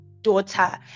daughter